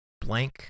blank